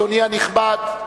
אדוני הנכבד,